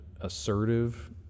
assertive